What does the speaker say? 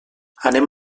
anem